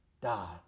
die